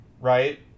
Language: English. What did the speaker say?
right